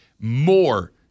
more